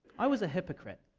i was a hypocrite.